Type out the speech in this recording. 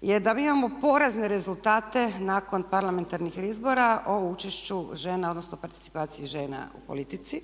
je da mi imamo porazne rezultate nakon parlamentarnih izbora o učešću žena odnosno participaciji žena u politici